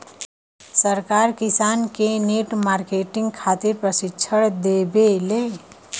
सरकार किसान के नेट मार्केटिंग खातिर प्रक्षिक्षण देबेले?